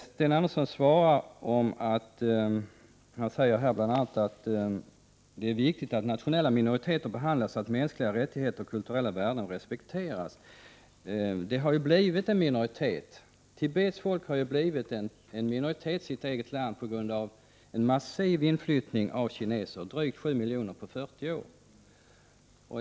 Sten Andersson säger i svaret bl.a.: ”Det är viktigt att nationella minoriteter behandlas så att mänskliga rättigheter och kulturella värden respekteras.” Tibets folk har blivit en minoritet i sitt eget land på grund av en massiv inflyttning av kineser — drygt 7 miljoner på 40 år.